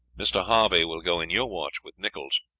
mr. harvey will go in your watch with nicholls.